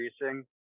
increasing